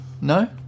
no